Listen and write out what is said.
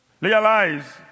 Realize